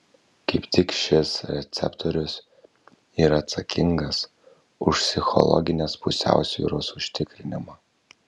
kaip tik šis receptorius yra atsakingas už psichologinės pusiausvyros užtikrinimą